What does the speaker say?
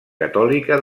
catòlica